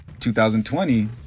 2020